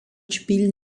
spielen